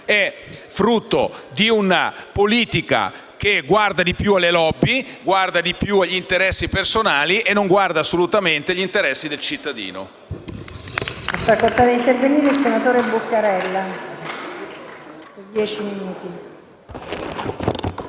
è frutto di una politica che guarda di più alle *lobby* e agli interessi personali e non guarda assolutamente agli interessi del cittadino.